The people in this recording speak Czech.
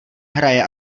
hraje